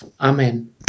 Amen